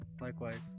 likewise